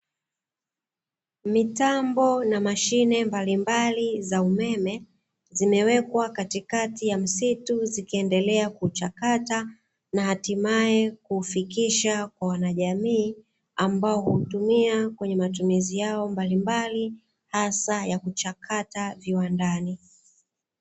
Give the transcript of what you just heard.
Mitambo na mashine mbalimbali za umeme zimewekwa katikati ya msitu, zikiendelea kuchakata na hatimaye kufikisha kwa wanajamii ambao hutumia kwenye matumizi yao mbalimbali hasa ya kuchakata viwandani.